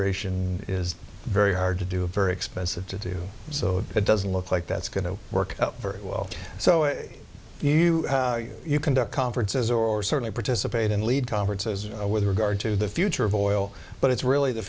ration is very hard to do a very expensive to do so it doesn't look like that's going to work very well so either you conduct conferences or certainly participate in lead conferences with regard to the future of oil but it's really the